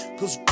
Cause